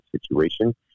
situation